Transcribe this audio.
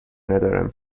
ندارم